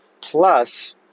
Plus